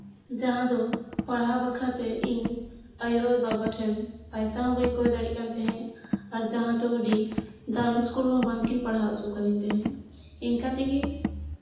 ᱡᱟᱦᱟᱸ ᱫᱚ ᱯᱟᱲᱦᱟᱣ ᱵᱟᱠᱷᱨᱟᱛᱮ ᱤᱧ ᱟᱭᱳ ᱟᱨ ᱵᱟᱵᱟ ᱴᱷᱮᱱ ᱯᱚᱭᱥᱟ ᱦᱚᱸ ᱵᱟᱹᱧ ᱠᱚᱭ ᱫᱟᱲᱮᱭᱟᱜ ᱠᱟᱱ ᱛᱟᱦᱮᱸᱜ ᱟᱨ ᱡᱟᱦᱟᱸ ᱫᱚ ᱟᱹᱰᱤ ᱫᱟᱢᱤ ᱤᱥᱠᱩᱞ ᱨᱮᱦᱚᱸ ᱵᱟᱝᱠᱤᱱ ᱯᱟᱲᱦᱟᱣ ᱦᱚᱪᱚ ᱟᱠᱟᱫᱤᱧ ᱛᱟᱦᱮᱸᱫ ᱤᱱᱠᱟᱹᱛᱮᱜᱮ